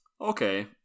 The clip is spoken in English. Okay